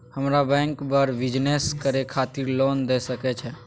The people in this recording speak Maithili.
हमरा बैंक बर बिजनेस करे खातिर लोन दय सके छै?